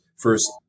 first